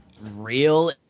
real